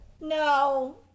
No